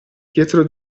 dietro